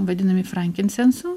vadinami frankinsensu